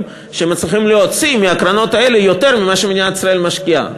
שהם מצליחים להוציא מהקרנות האלה יותר ממה שמדינת ישראל משקיעה,